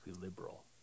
liberal